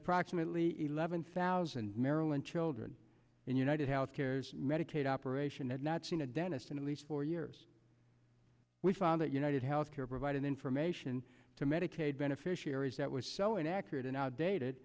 approximately eleven thousand maryland children in united healthcare medicaid operation had not seen a dentist in at least four years we found that united healthcare provided information to medicaid beneficiaries that was so inaccurate and outdated